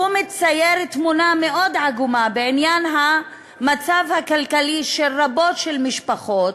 שמצייר תמונה מאוד עגומה בעניין המצב הכלכלי של רבות מהמשפחות,